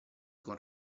con